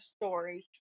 story